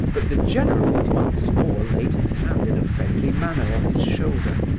but the general once more laid his hand in a friendly manner on his shoulder,